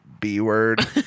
b-word